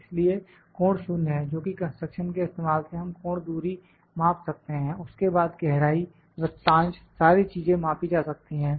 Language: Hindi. इसलिए कोण 0 है जोकि कंस्ट्रक्शन के इस्तेमाल से हम कोण दूरी माप सकते हैं उसके बाद गहराई वृत्तांश सारी चीजें मापी जा सकती हैं